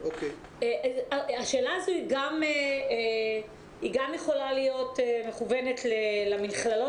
השאלה הזו גם יכולה להיות מכוונת למכללות